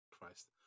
Christ